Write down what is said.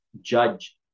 judge